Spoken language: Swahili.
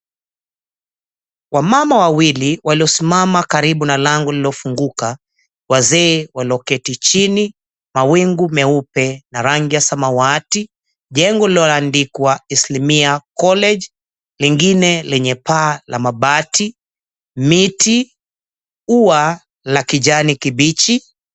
Wamama wawili waliosimama karibu na lango lililofunguka, wazee walioketi chini, mawingu meupe na rangi samawati. Jengo lililoandikwa Isilimia College, lingine lenye paa la mabati, miti, ua la kijani kibichi.